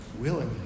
Willingly